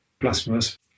blasphemous